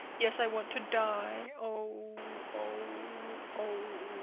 yes, i want to die! oh, oh, oh!